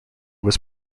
was